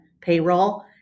payroll